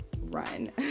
run